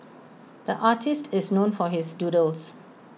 the artist is known for his doodles